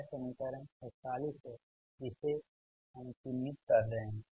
यह समीकरण 41 है जिसे हम चिह्नित कर रहे हैं